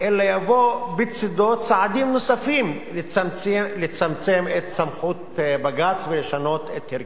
אלא יבואו בצדו צעדים נוספים לצמצם את סמכות בג"ץ ולשנות את הרכבו.